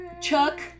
Chuck